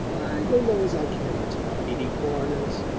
don't know as i care much about meeting foreigners,